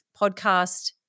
podcast